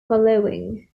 following